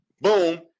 Boom